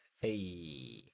Hey